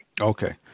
Okay